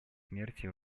смерти